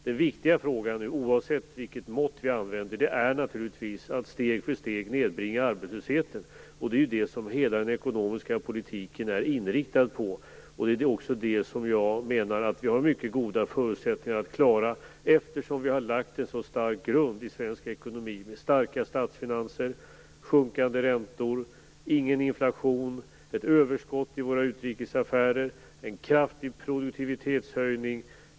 Den viktiga uppgiften, oavsett vilket mått vi använder, är naturligtvis att steg för steg nedbringa arbetslösheten, och det är det som hela den ekonomiska politiken är inriktad på. Jag menar att vi har mycket goda förutsättningar att klara detta, eftersom vi har lagt en så stark grund i svensk ekonomi, med starka statsfinanser, sjunkande räntor, ingen inflation, överskott i våra utrikes affärer och en kraftig produktivitetshöjning.